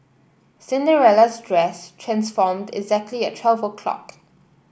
Cinderella's dress transformed exactly at twelve o' clock